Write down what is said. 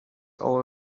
all